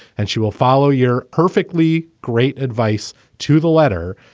and she will follow your perfectly great advice to the letter.